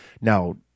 Now